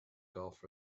golf